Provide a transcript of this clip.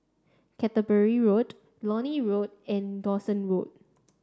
Canterbury Road Lornie Road and Dawson Road